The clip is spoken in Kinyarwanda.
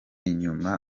inyuma